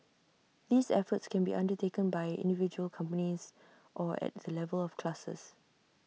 these efforts can be undertaken by individual companies or at the level of clusters